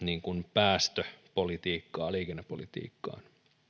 päästöpolitiikkaan liikennepolitiikkaan